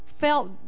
felt